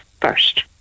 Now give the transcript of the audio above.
first